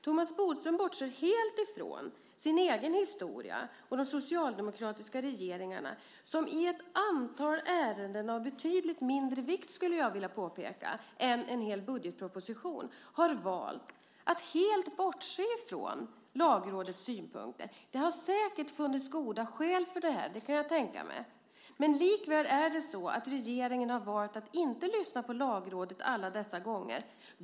Thomas Bodström bortser helt från sin egen historia och de socialdemokratiska regeringarna som i fråga om ett antal ärenden av betydligt mindre vikt, skulle jag vilja påpeka, än en hel budgetproposition har valt att helt bortse från Lagrådets synpunkter. Det har säkert funnits goda skäl för det. Det kan jag tänka mig. Men likväl har regeringen valt att inte lyssna på Lagrådet alla dessa gånger.